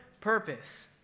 purpose